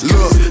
Look